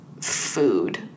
food